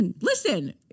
Listen